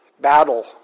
battle